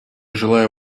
желаю